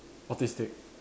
autistic